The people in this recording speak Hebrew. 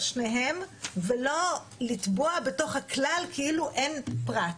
שניהם ולא לטבוע בתוך הכלל כאילו אין פרט.